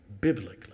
biblically